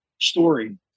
story